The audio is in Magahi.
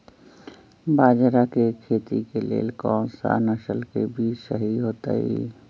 बाजरा खेती के लेल कोन सा नसल के बीज सही होतइ?